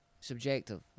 subjective